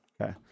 Okay